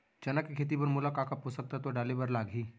चना के खेती बर मोला का का पोसक तत्व डाले बर लागही?